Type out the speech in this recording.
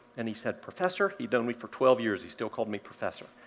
and he said, professor, he'd known me for twelve years, he still called me professor.